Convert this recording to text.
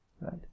Right